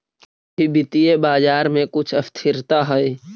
अभी वित्तीय बाजार में कुछ स्थिरता हई